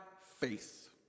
faith